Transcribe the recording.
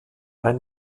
ein